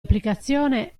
applicazione